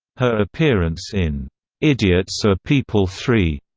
her appearance in idiots are people three!